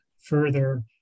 further